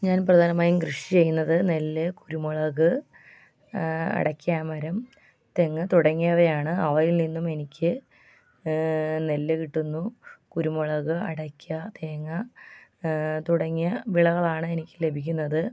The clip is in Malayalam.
ഞാൻ പ്രധാനമായും കൃഷി ചെയ്യുന്നത് നെല്ല് കുരുമുളക് അടയ്ക്കാ മരം തെങ്ങ് തുടങ്ങിയവയാണ് അവയിൽ നിന്നും എനിക്ക് നെല്ല് കിട്ടുന്നു കുരുമുളക് അടക്കാ തേങ്ങ തുടങ്ങിയ വിളകളാണ് എനിക്ക് ലഭിക്കുന്നത്